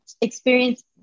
experience